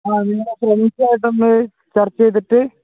അത് നിങ്ങൾ ഫ്രണ്ട്സ് ആയിട്ടൊന്ന് ചർച്ച ചെയ്തിട്ട്